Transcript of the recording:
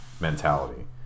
mentality